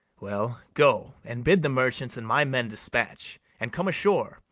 well, go, and bid the merchants and my men despatch, and come ashore,